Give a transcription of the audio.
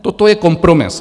Toto je kompromis.